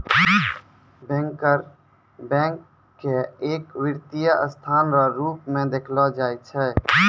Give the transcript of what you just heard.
banker bank के एक वित्तीय संस्था रो रूप मे देखलो जाय छै